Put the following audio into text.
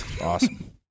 Awesome